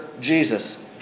Jesus